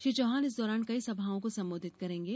श्री चौहान इस दौरान कई सभाओं को संबोधित करेंगे